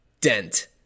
dent